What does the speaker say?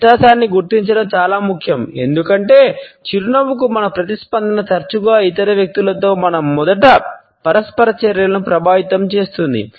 వ్యత్యాసాన్ని గుర్తించడం చాలా ముఖ్యం ఎందుకంటే చిరునవ్వుకు మన ప్రతిస్పందన తరచుగా ఇతర వ్యక్తులతో మన మొదటి పరస్పర చర్యలను ప్రభావితం చేస్తుంది